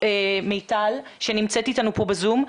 מיטל שנמצאת איתנו פה בזום,